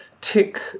Tick